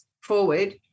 forward